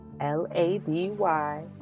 L-A-D-Y